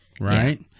right